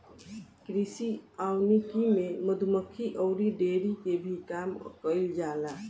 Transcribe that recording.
कृषि वानिकी में मधुमक्खी अउरी डेयरी के भी काम कईल जाला